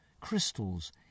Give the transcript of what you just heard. crystals